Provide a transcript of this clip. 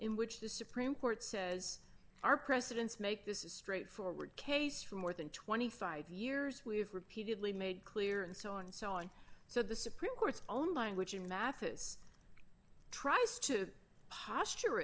in which the supreme court says our precedents make this is straightforward case for more than twenty five years we have repeatedly made clear and so on solid so the supreme court's own language and math is tries to posture